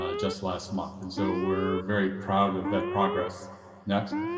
ah just last month. and so we're very proud of that progress next